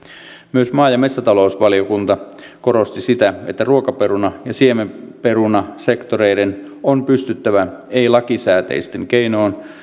myös maa ja metsätalousvaliokunta korosti sitä että ruokaperuna ja siemenperunasektoreiden on pystyttävä ei lakisääteisin keinoin